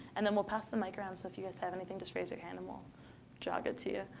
and then we'll pass the mic around. so if you guys have anything, just raise your hand and we'll jog it to you.